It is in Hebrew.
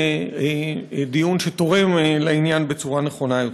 דיון שתורם לעניין בצורה נכונה יותר.